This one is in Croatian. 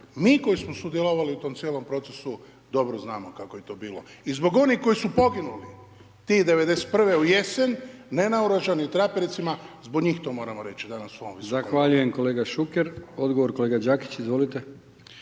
Mi koji smo sudjelovali u tom cijelom procesu dobro znamo kako je to bilo. I zbog onih koji su poginuli tih 91. u jesen nenaoružani u trapericama zbog njih to moramo danas reći u ovom visokom